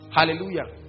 Hallelujah